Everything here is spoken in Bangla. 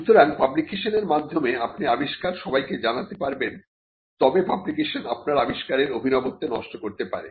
সুতরাং পাবলিকেশনের মাধ্যমে আপনি আবিষ্কার সবাইকে জানাতে পারবেন তবে পাবলিকেশন আপনার আবিষ্কারের অভিনবত্বকে নষ্ট করতে পারে